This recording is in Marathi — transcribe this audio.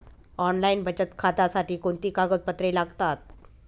ऑनलाईन बचत खात्यासाठी कोणती कागदपत्रे लागतात?